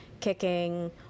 kicking